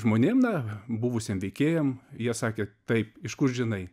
žmonėm na buvusiem veikėjam jie sakė taip iš kur žinai